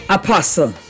apostle